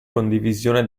condivisione